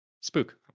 spook